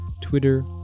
Twitter